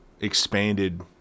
expanded